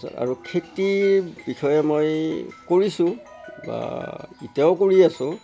তাৰপিছত আৰু খেতিৰ বিষয়ে মই কৰিছোঁ বা এতিয়াও কৰি আছোঁ